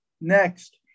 next